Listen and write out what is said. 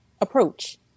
approach